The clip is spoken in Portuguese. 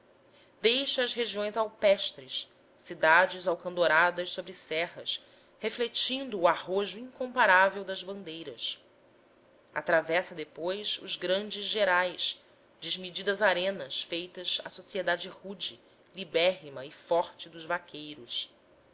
deixa as regiões alpestres cidades alcandoradas sobre serras refletindo o arrojo incomparável das bandeiras atravessa depois os grandes gerais desmedidas arenas feitas à sociedade rude libérrima e forte dos vaqueiros